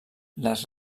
les